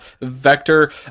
Vector